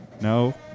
No